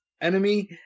enemy